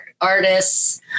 artists